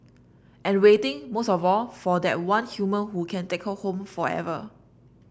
and waiting most of all for that one human who can take her home forever